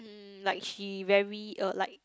mm like she very uh like